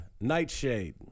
Nightshade